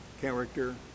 character